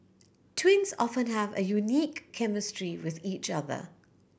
twins often have a unique chemistry with each other